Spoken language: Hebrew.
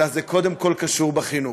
אלא זה קודם כול קשור בחינוך.